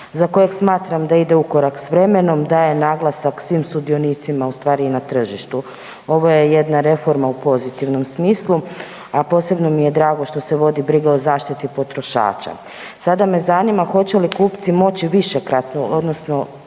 za kojeg smatram da ide ukorak s vremenom, daje naglasak svim sudionicima u stvari i na tržištu. Ovo je jedna reforma u pozitivnom smislu, a posebno mi drago što se vodi briga o zaštiti potrošača. Sada me zanima hoće li kupci moći višekratno odnosno